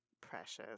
precious